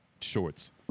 shorts